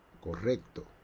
Correcto